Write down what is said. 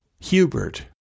Hubert